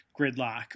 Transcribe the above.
gridlock